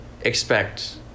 expect